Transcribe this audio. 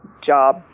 job